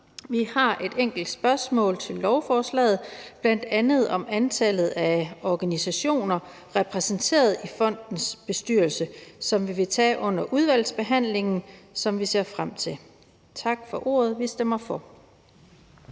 Vi har et enkelt spørgsmål om lovforslaget, bl.a. om antallet af organisationer repræsenteret i fondens bestyrelse, som vi vil stille under udvalgsbehandlingen, som vi ser frem til. Tak for ordet. Vi stemmer for.